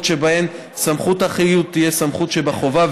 שבהן סמכות החילוט תהיה סמכות שבחובה,